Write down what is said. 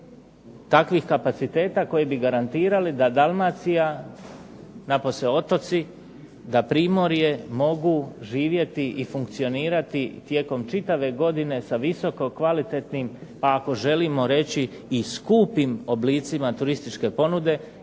takvih kapaciteta koji bi garantirali da Dalmacija napose otoci da primorje mogu živjeti i funkcionirati tijekom čitave godine sa visoko kvalitetnim, pa ako želimo reći i skupim oblicima turističke ponude,